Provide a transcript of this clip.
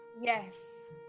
Yes